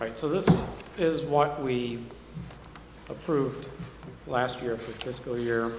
right so this is what we approved last year for school year